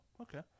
okay